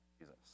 Jesus